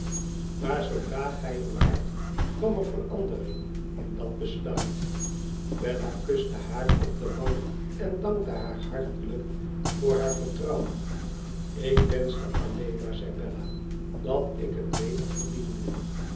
maar zoodra gij er waart kwam er verandering in dat besluit bella kuste haar op de wang en dankte haar hartelijk voor haar vertrouwen ik wenschte alleen maar zei bella dat ik het beter verdiende